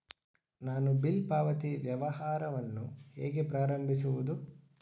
ನಾನು ಬಿಲ್ ಪಾವತಿ ವ್ಯವಹಾರವನ್ನು ಹೇಗೆ ಪ್ರಾರಂಭಿಸುವುದು?